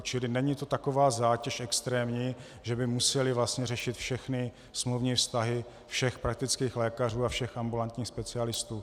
Čili není to taková zátěž extrémní, že by museli řešit všechny smluvní vztahy všech praktických lékařů a všech ambulantních specialistů.